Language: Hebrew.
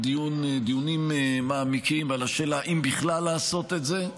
דיונים מעמיקים על השאלה אם בכלל לעשות את זה,